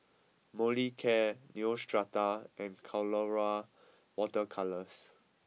Molicare Neostrata and Colora water colours